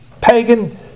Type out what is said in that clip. pagan